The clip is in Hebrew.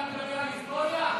אתה מדבר על היסטוריה?